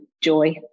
joy